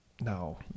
no